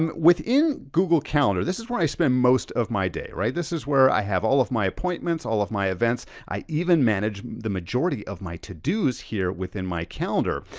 um within google calendar, this is where i spend most of my day, this is where i have all of my appointments, all of my events, i even manage the majority of my to do's here within my calendar.